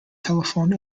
telephone